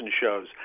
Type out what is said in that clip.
shows